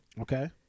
Okay